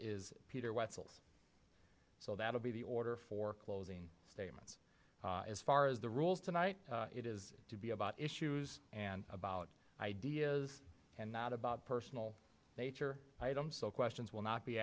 wessels so that will be the order for closing statements as far as the rules tonight it is to be about issues and about ideas and not about personal nature items so questions will not be